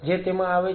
જે તેમાં આવે છે